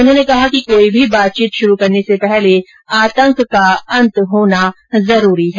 उन्होंने कहा कि कोई भी बातचीत शुरू करने से पहले आतंक का अंत होना जरूरी है